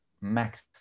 max